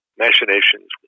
machinations